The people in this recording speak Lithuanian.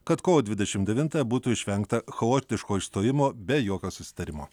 kad kovo dvidešim devintąją būtų išvengta chaotiško išstojimo be jokio susitarimo